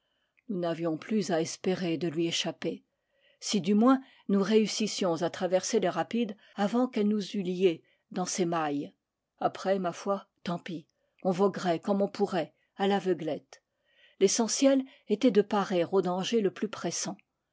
nous n'avions plus à espérer de lui échapper si du moins nous réussissions à traverser les rapides avant qu'elle nous eût liés dans ses mailles après ma feintant pis on voguerait comme on pourrait à l'aveuglette l'essen tiel était de parer au danger le plus pressant